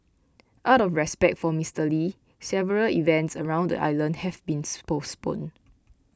out of respect for Mister Lee several events around the island have been postponed